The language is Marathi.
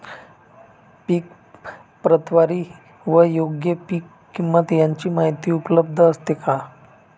पीक प्रतवारी व योग्य पीक किंमत यांची माहिती उपलब्ध असते का?